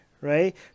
right